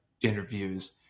interviews